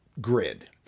grid